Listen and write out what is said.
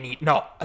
No